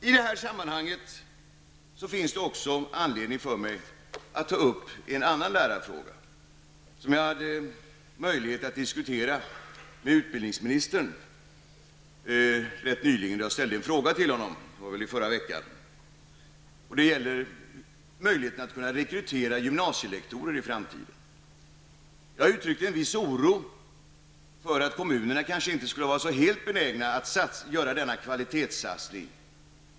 I detta sammanhang finns det också anledning för mig att ta upp en annan lärarfråga som jag hade möjlighet att diskutera med utbildningsministern för någon vecka sedan när jag ställde en fråga till honom. Det gäller möjligheten att rekrytera gymnasielektorer i framtiden. Jag uttryckte en viss oro för att kommunerna kanske inte skulle vara så helt benägna att göra denna kvalitetssatsning.